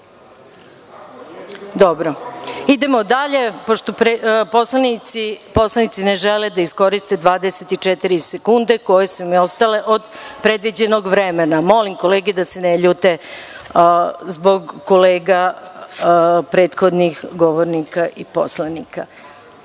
idemo dalje, pošto poslanici ne žele da iskoriste 24 sekunde koje su ostale od predviđenog vremena i molim kolege da se ne ljute zbog kolega prethodnih govornika i poslanika. Pošto